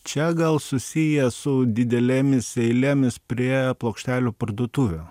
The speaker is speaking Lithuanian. čia gal susiję su didelėmis eilėmis prie plokštelių parduotuvių